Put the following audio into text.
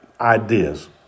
ideas